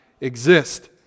exist